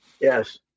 Yes